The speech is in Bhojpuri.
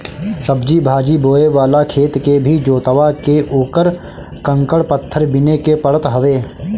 सब्जी भाजी बोए वाला खेत के भी जोतवा के उकर कंकड़ पत्थर बिने के पड़त हवे